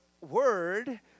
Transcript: word